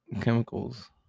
chemicals